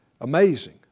Amazing